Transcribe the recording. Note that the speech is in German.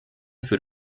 für